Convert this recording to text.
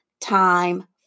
time